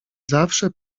zawsze